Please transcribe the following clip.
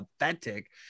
authentic